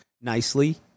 nicely